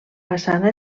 façana